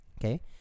okay